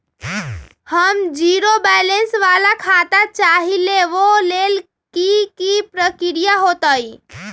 हम zero balance वाला खाता चाहइले वो लेल की की प्रक्रिया होतई?